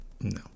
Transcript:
No